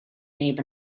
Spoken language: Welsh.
neb